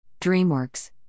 DreamWorks